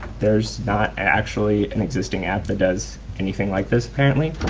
there's not actually an existing app that does anything like this apparently.